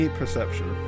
perception